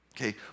Okay